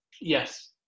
Yes